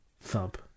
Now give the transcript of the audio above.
thump